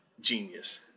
genius